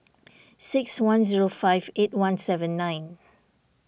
six one zero five eight one seven nine